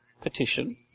petition